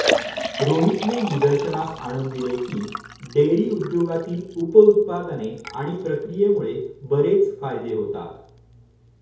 रोहितने निदर्शनास आणून दिले की, डेअरी उद्योगातील उप उत्पादने आणि प्रक्रियेमुळे बरेच फायदे होतात